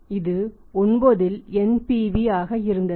இது 9 இல் NPV ஆக இருந்தது